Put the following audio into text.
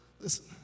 Listen